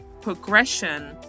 progression